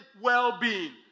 well-being